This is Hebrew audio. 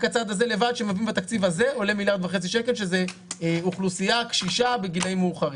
רק הצעד הזה בתקציב הזה וזאת אוכלוסייה קשישה בגילים מאוחרים.